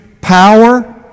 power